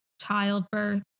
Childbirth